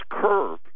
curve